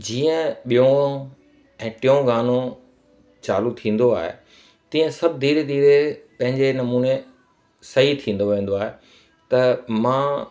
जीअं ॿियों ऐं टियों गानो चालू थींदो आहे तीअं सभु धीरे धीरे पंहिंजे नमूने सही थींदो वेंदो आहे त मां